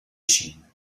chine